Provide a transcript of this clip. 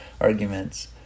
arguments